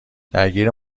درگیر